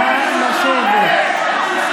לשבת.